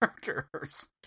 characters